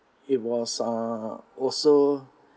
it was uh also